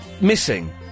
missing